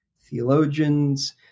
theologians